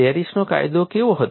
પેરિસનો કાયદો કેવો હતો